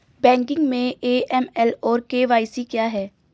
Banking में AML और KYC क्या हैं?